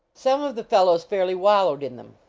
some of the fellows fairly wallowed in them.